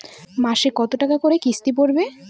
মাসে কত টাকা করে কিস্তি পড়বে?